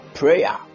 Prayer